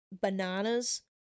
bananas